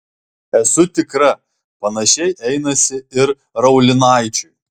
esu tikra panašiai einasi ir raulinaičiui